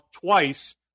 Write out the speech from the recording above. twice